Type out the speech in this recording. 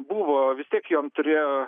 buvo vis tiek jom turėjo